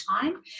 time